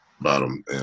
bottom